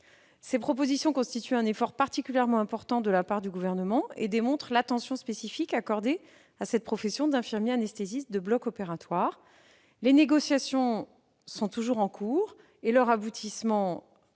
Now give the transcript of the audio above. Ces propositions constituent un effort particulièrement important de la part du Gouvernement et démontrent l'attention spécifique accordée à la profession d'infirmier anesthésiste de bloc opératoire. Le résultat de ces négociations, qui sont toujours en cours, sera présenté